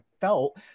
felt